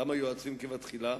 למה יועצים כבתחילה?